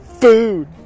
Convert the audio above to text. food